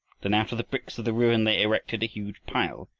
then, out of the bricks of the ruin they erected a huge pile,